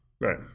right